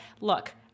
look